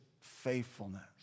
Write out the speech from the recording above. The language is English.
faithfulness